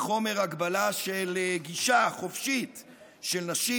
קל וחומר הגבלה של גישה חופשית של נשים